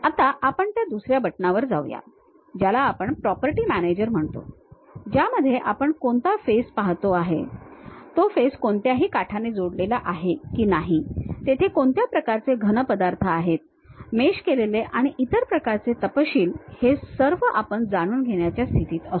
आता आपण त्या दुसऱ्या बटणावर जाऊ या ज्याला आपण प्रॉपर्टी मॅनेजर म्हणतो ज्यामध्ये आपण कोणता फेस पाहतो आहे तो फेस कोणत्याही काठाने जोडला आहे की नाही तेथे कोणत्या प्रकारचे घन पदार्थ आहेत मेश केलेले आणि इतर प्रकारचे तपशील हे सर्व आपण जाणून घेण्याच्या स्थितीत असू